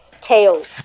Tails